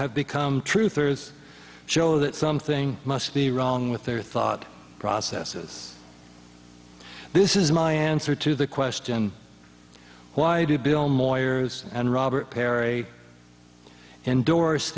have become truth show that something must be wrong with their thought processes this is my answer to the question why do bill moyers and robert perry endorse